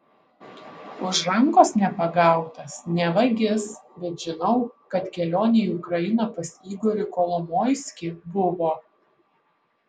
už rankos nepagautas ne vagis bet žinau kad kelionė į ukrainą pas igorį kolomoiskį buvo